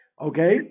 Okay